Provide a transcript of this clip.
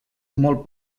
molt